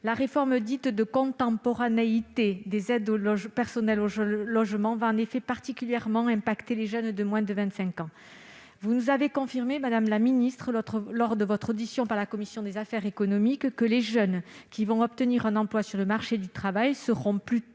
La réforme dite de la contemporanéité des aides personnalisées au logement (APL) va particulièrement toucher les jeunes de moins de vingt-cinq ans. Vous nous avez confirmé, madame la ministre, lors de votre audition par la commission des affaires économiques, que les jeunes qui vont obtenir un emploi sur le marché du travail seront plutôt,